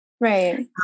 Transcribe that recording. Right